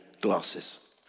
glasses